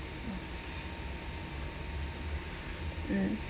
mm